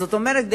זאת אומרת,